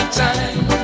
time